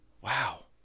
wow